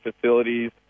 facilities